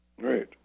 Great